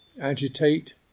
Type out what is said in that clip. agitate